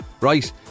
right